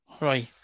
Right